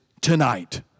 tonight